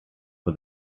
for